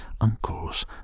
uncles